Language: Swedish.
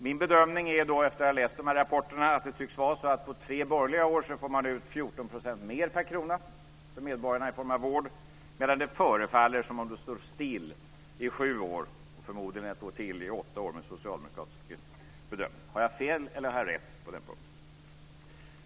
Min bedömning är, efter att ha läst de här rapporterna, att det tycks vara så att på tre borgerliga år får man ut 14 % mer per krona för medborgarna i form av vård, medan det förefaller som om det står still i sju år, och förmodligen ett år till, dvs. åtta år, med socialdemokratisk regering. Har jag fel eller har jag rätt på den punkten?